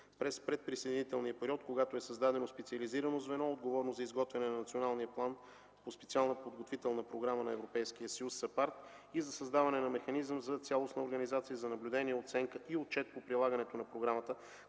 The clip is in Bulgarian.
през предприсъединителния период, когато е създадено специализирано звено, отговорно за изготвяне на Националния план по специална подготвителна програма на Европейския съюз САПАРД и за създаване на механизъм за цялостна организация за наблюдение, оценка и отчет по прилагането на програмата,